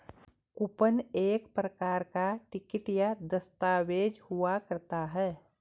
coupon एक प्रकार का टिकट या दस्ताबेज हुआ करता है